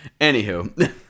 Anywho